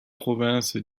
province